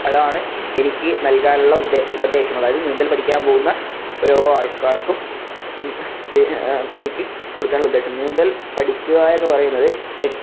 അതാണ് എനിക്ക് നൽകാനുള്ള ഉദെ ഉപദേശം അതായത് നീന്തൽ പഠിക്കാൻ പോകുന്ന ഓരോ ആൾക്കാർക്കും എനിക്ക് കൊടുക്കാനുള്ള ഉപദേശം നീന്തൽ പഠിക്കുക എന്ന് പറയുന്നത്